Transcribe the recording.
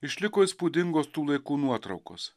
išliko įspūdingos tų laikų nuotraukos